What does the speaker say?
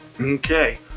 okay